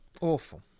Awful